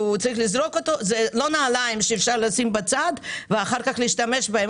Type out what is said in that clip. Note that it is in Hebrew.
זה לא נעליים שאפשר לשים בצד ואחר כך להשתמש בהם,